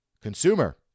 consumer